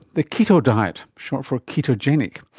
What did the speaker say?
the keto diet, short for ketogenic.